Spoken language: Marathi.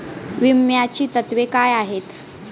विम्याची तत्वे काय आहेत?